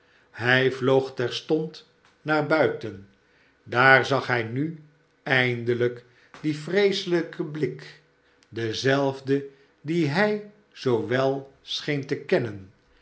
hij vloog terstond naar buiten daar zag hij nu eindelijk dien vreeselijken blik denzelfden dien hij zoo wel scheen te kennen